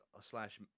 slash